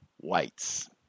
Whites